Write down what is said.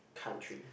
country